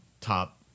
top